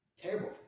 Terrible